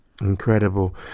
Incredible